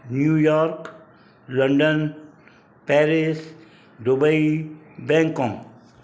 New York London Paris Dubai Bangkok